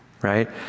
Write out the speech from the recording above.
right